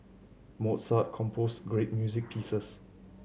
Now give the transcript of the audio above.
Mozart composed great music pieces